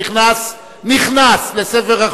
נתקבל.